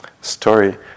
story